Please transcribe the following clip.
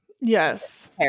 Yes